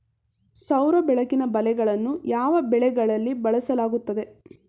ಸೌರ ಬೆಳಕಿನ ಬಲೆಗಳನ್ನು ಯಾವ ಬೆಳೆಗಳಲ್ಲಿ ಬಳಸಲಾಗುತ್ತದೆ?